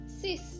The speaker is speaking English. sis